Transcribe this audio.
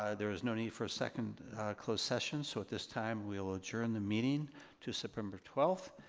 ah there is no need for a second closed session so at this time we will adjourn the meeting to september twelfth.